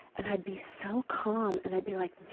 and i'd be so calm, and i'd be like,